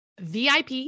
VIP